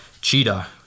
Cheetah